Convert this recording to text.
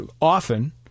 often